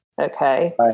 okay